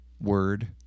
word